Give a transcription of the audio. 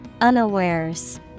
Unawares